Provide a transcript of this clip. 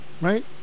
right